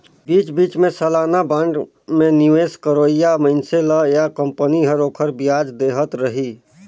बीच बीच मे सलाना बांड मे निवेस करोइया मइनसे ल या कंपनी हर ओखर बियाज देहत रही